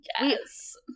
Yes